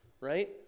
Right